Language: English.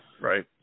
right